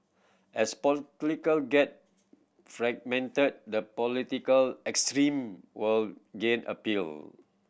as political get fragmented the political extreme will gain appeal